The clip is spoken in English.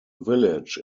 village